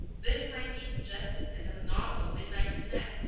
this might be suggested as a novel midnight snack,